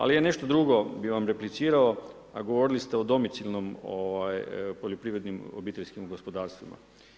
Ali nešto drugo bi vam replicirao, a govorili ste o domicilnim poljoprivrednim obiteljskim gospodarstvima.